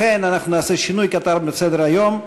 לכן נעשה שינוי קטן בסדר-היום.